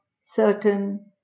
certain